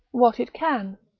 what it can,